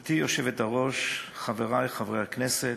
גברתי היושבת-ראש, חברי חברי הכנסת,